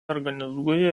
organizuoja